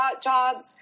jobs